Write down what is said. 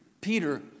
Peter